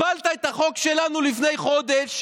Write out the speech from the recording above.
הפלת את החוק שלנו לפני חודש,